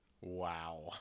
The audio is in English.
wow